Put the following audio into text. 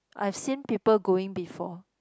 I've seen people going before